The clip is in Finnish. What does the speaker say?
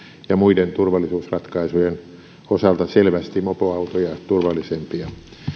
ja muiden turvallisuusratkaisujen osalta selvästi mopoautoja turvallisempia